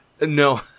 no